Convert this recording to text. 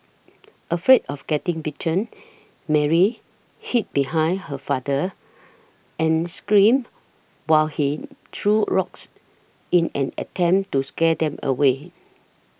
afraid of getting bitten Mary hid behind her father and screamed while he threw rocks in an attempt to scare them away